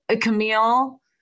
Camille